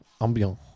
Ambiance